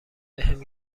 بهم